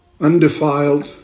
undefiled